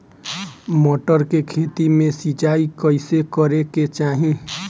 मटर के खेती मे सिचाई कइसे करे के चाही?